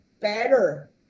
better